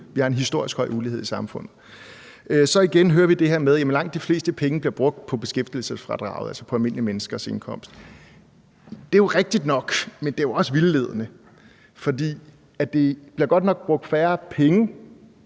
Vi har en historisk høj ulighed i samfundet. Så hører vi igen det her med, at langt de fleste penge bliver brugt på beskæftigelsesfradraget, altså på almindelige menneskers indkomst. Det er jo rigtigt nok, men det er jo også vildledende, for der bliver godt nok brugt færre penge